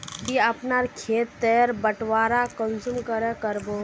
ती अपना खेत तेर बटवारा कुंसम करे करबो?